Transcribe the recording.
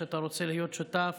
כשאתה רוצה להיות שותף